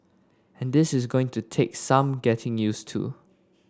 and this is going to take some getting use to